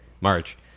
March